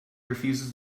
refuses